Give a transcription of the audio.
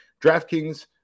DraftKings